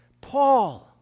Paul